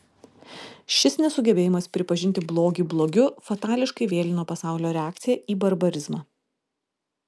šis nesugebėjimas pripažinti blogį blogiu fatališkai vėlino pasaulio reakciją į barbarizmą